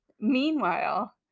Meanwhile